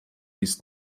ist